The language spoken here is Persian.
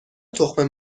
تخم